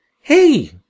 Hey